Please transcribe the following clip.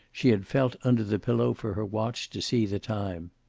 she had felt under the pillow for her watch to see the time.